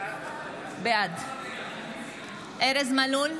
בעד ארז מלול,